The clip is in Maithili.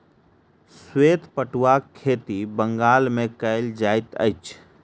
श्वेत पटुआक खेती बंगाल मे कयल जाइत अछि